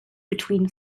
between